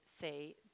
say